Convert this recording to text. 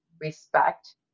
respect